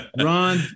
Ron